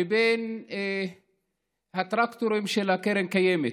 לבין הטרקטורים של הקרן קיימת.